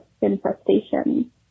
infestation